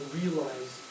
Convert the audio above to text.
realize